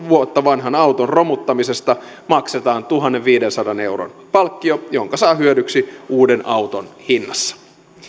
vuotta vanhan auton romuttamisesta maksetaan tuhannenviidensadan euron palkkio jonka saa hyödyksi uuden auton hinnassa